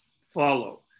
follow